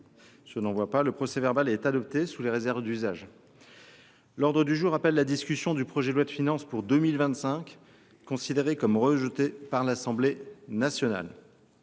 d’observation ?… Le procès verbal est adopté sous les réserves d’usage. L’ordre du jour appelle la discussion du projet de loi de finances pour 2025, considéré comme rejeté par l’Assemblée nationale